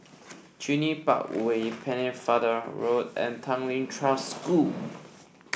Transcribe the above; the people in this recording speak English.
Park Way Pennefather Road and Tanglin Trust School